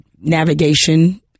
navigation